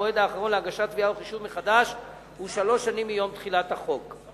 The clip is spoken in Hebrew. המועד האחרון להגשת תביעה או חישוב מחדש הוא שלוש שנים מיום תחילת החוק.